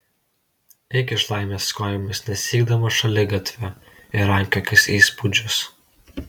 eik iš laimės kojomis nesiekdamas šaligatvio ir rankiokis įspūdžius